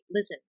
Listen